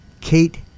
Kate